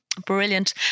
Brilliant